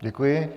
Děkuji.